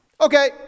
Okay